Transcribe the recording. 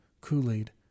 Kool-Aid